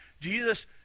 Jesus